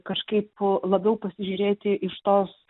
kažkaip labiau pasižiūrėti iš tos